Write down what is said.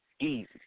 Easy